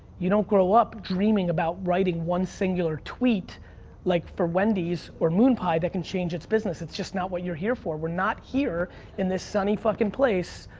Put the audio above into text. you don't grow up dreaming about writing one singular tweet like for wendy's or moon pie that can change it's business. it's just not what you're here for. we're not here in this sunny fuckin' place,